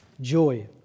joy